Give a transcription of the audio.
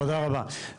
תודה רבה.